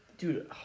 Dude